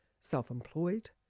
self-employed